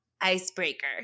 icebreaker